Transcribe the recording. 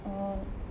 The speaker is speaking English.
oh